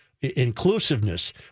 inclusiveness